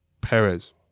Perez